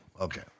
Okay